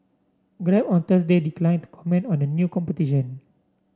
grab on Thursday declined to comment on the new competition